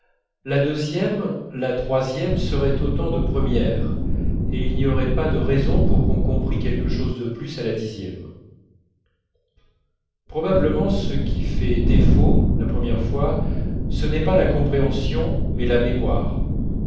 la deuxième la troisième seraient autant de premières et il n'y aurait pas de raison pour qu'on comprît quelque chose de plus à la dixième probablement ce qui fait défaut la première fois ce n'est pas la compréhension mais la mémoire